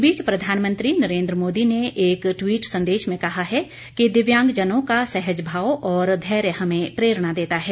इस बीच प्रधानमंत्री नरेन्द्र मोदी ने एक ट्वीट संदेश में कहा है कि दिव्यांगजनों का सहज भाव और धैर्य हमें प्रेरणा देता है